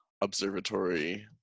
observatory